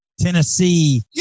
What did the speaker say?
Tennessee